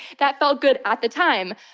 that felt good at the time.